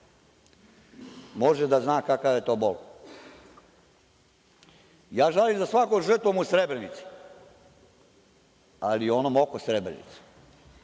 može da zna kakav je to bol. Žalim za svakom žrtvom u Srebrenici, ali i onom oko Srebrenice.